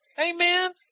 Amen